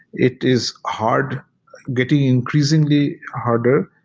it is hard getting increasingly harder.